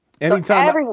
Anytime